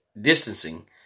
distancing